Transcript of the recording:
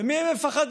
ממי הם מפחדים?